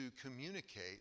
communicate